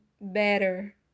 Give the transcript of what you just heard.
better